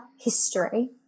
history